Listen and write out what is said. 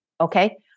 okay